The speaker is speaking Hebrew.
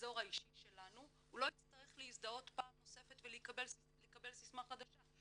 לאזור האישי שלנו הוא לא יצטרך להזדהות פעם נוספת ולקבל סיסמה חדשה.